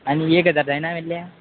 आनी एक हजार जायना मेल्ल्या